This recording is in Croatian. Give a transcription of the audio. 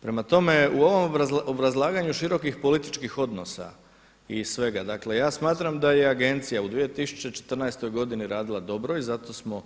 Prema tome, u ovom obrazlaganju širokih političkih odnosa i svega, dakle ja smatram da je Agencija u 2014. godini radila dobro i zato smo